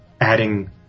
adding